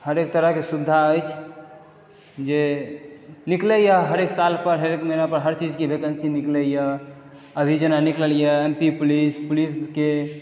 हरेक तरहके सुविधा अछि जे निकलैए हरेक साल पर हरेक महीना पर हरचीजके वैकेन्सी निकलैए अभी जेना निकललए एम पी पुलिस पुलिसके